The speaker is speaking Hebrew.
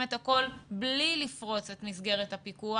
את הכול בלי לפרוץ את מסגרת הפיקוח.